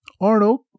Arnold